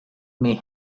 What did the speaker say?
may